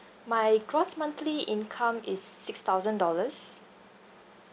my gross monthly income is six thousand dollars